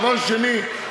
דבר שני,